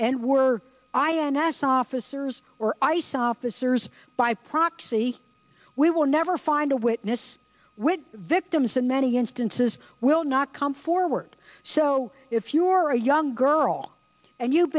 and we're ins officers or ice officers by proxy we will never find a witness when victims in many instances will not come forward so if you're a young girl and you've